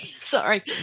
Sorry